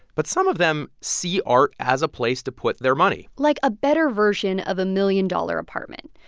but some of them see art as a place to put their money like a better version of a million-dollar apartment.